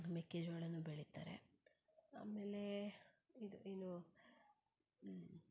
ಮೆಕ್ಕೆಜೋಳನೂ ಬೆಳೀತಾರೆ ಆಮೇಲೆ ಇನ್ನು